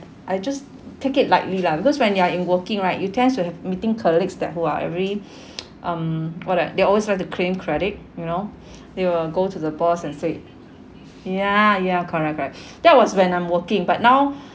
I just take it lightly lah because when you are in working right you tends to have meeting colleagues that who are very um what uh they always like to claim credit you know they will go to the boss and said ya ya correct correct that was when I'm working but now